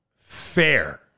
Fair